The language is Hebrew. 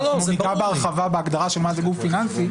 אנחנו ניגע בהרחבה בהגדרה של מה זה גוף פיננסי.